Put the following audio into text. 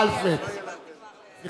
(קוראת בשמות חברי הכנסת) בנימין נתניהו, מצביע